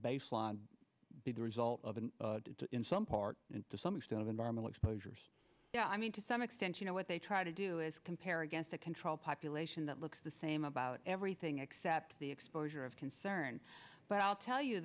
baseline be the result of an in some part to some extent of environmental exposures you know i mean to some extent you know what they try to do is compare against a control population that looks the same about everything except the exposure of concern but i'll tell